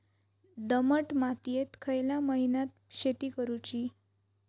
दमट मातयेत खयल्या महिन्यात शेती करुची?